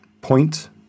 point